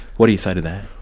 what do you say to that?